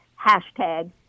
hashtag